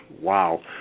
wow